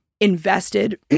invested